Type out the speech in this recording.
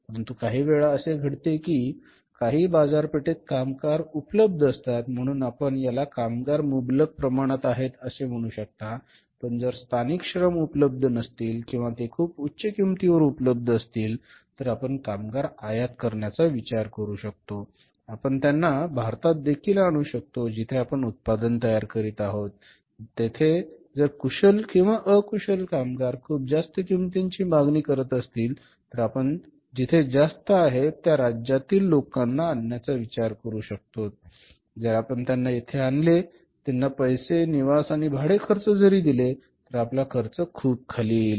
परंतु काहीवेळा असे घडते की काही बाजारपेठेत कामगार उपलब्ध असतात म्हणून आपण याला कामगार मुबलक प्रमाणात आहेत असे म्हणू शकता पण जर स्थानिक श्रम उपलब्ध नसतील किंवा ते खूप उच्च किमतीवर उपलब्ध असतील तर आपण कामगार आयात करण्याचा विचार करू शकतो आपण त्यांना भारतात देखील आणू शकतो जिथे आपण उत्पादन तयार करीत आहोत तेथे जर कुशल किंवा अकुशल कामगार खूप जास्त किंमतीची मागणी करीत असतील तर आपण जिथे जास्त आहेत त्या राज्यांतील लोकांना आणण्याचा विचार करू शकतो जर आपण त्यांना येथे आणले व त्यांना पैसे निवास आणि भाडे खर्च जरी दिले तर आपला खर्च खूप खाली येईल